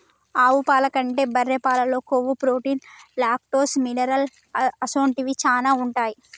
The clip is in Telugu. ఆవు పాల కంటే బర్రె పాలల్లో కొవ్వు, ప్రోటీన్, లాక్టోస్, మినరల్ అసొంటివి శానా ఉంటాయి